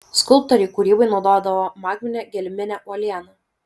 skulptoriai kūrybai naudodavo magminę gelminę uolieną